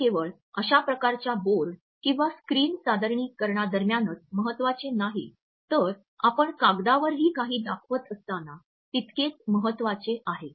हे केवळ अशा प्रकारच्या बोर्ड किंवा स्क्रीन सादरीकरणादरम्यानच महत्वाचे नाही तर आपण कागदावर ही काही दाखवत असताना तितकेच महत्वाचे आहे